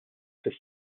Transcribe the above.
fis